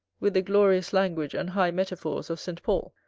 with the glorious language and high metaphors of st. paul,